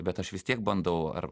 bet aš vis tiek bandau ar